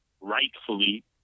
rightfully